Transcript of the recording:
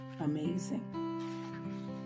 Amazing